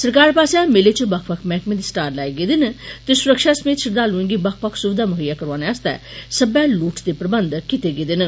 सरकार पास्सेआ मेले च बक्ख बक्ख मैहकमे दे स्टाल लाए गेदे न ते सुरक्षा समेत श्रृद्धालुएं गी बक्ख बक्ख सुविधा मुहैय्या करवाने आस्तै सब्मै लोड़चदे प्रबन्ध कीते दे न